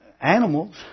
animals